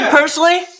personally